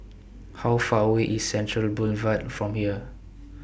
How Far away IS Central Boulevard from here